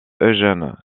eugène